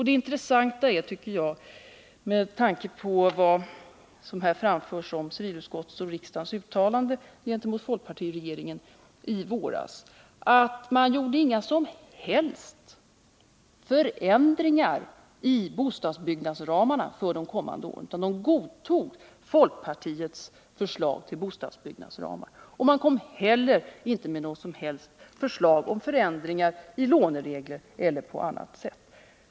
Det intressanta är, tycker jag, med tanke på vad som här framförts om civilutskottets och riksdagens uttalande gentemot folkpartiregeringen i våras, att man inte gjorde några som helst förändringar i bostadsbyggnadsramarna för de kommande åren utan godtog folkpartiets förslag till bostadsbyggnadsramar. Man kom heller inte med något som helst förslag till förändringar i låneregler eller på annat sätt.